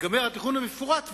ייגמר התכנון המפורט,